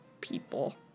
people